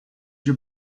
your